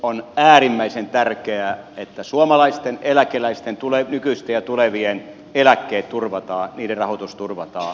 on äärimmäisen tärkeää että suomalaisten eläkeläisten nykyisten ja tulevien eläkkeet turvataan niiden rahoitus turvataan